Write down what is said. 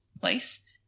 place